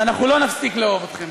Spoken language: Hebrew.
ואנחנו לא נפסיק לאהוב אתכם.